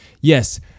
Yes